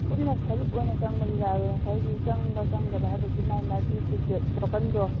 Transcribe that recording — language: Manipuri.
ꯄꯨꯟꯅ ꯁꯣꯂꯨꯛ ꯑꯣꯏꯅ ꯆꯪꯕ ꯌꯥꯏꯌꯦ ꯉꯁꯥꯏꯒꯤ ꯆꯪꯕ ꯆꯪꯗꯕ ꯍꯥꯏꯕꯁꯤ ꯃꯥꯒꯤ ꯃꯥꯒꯤ ꯇꯤꯛꯀꯦꯠ ꯇꯣꯀꯟꯗꯣ